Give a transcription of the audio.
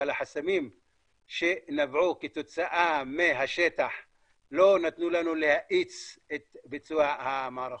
אבל החסמים שנבעו כתוצאה מהשטח לא נתנו לנו להאיץ את ביצוע המערכות.